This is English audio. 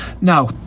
Now